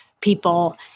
people